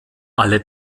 alle